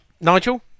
Nigel